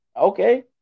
okay